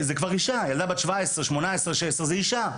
ילדה בת 17, 18 זה כבר אישה.